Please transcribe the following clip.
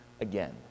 again